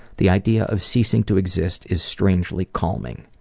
the idea of ceasing to exist is strangely calming.